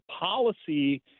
policy